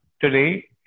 today